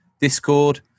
Discord